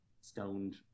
stoned